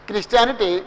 Christianity